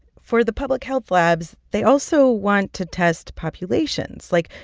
for the public health labs, they also want to test populations, like,